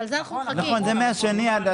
"מס" סכום אשר רואים אותו כחוב מס לפי חוק קיזוז מסים,